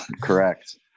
correct